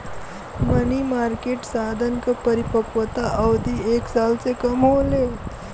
मनी market साधन क परिपक्वता अवधि एक साल से कम होले